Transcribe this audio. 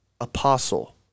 Apostle